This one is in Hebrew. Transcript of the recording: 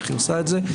איך היא עושה את זה.